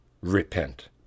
repent